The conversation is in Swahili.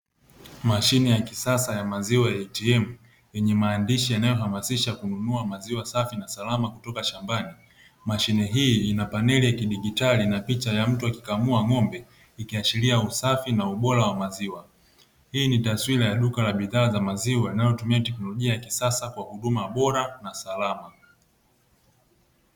Mashine ya kisasa ya maziwa eitiemu yenye maandishi yanayohamasisha kununua maziwa safi na salama kutoka shambani, mashine hii ina paneli ya kijiditali na picha ya mtu akikamua ng'ombe ikiashiria usafi na ubora wa maziwa, hii ni taswira ya duka la bidhaa za maziwa inayotumia teknolojia ya kisasa kwa huduma bora na salama.